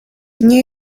nie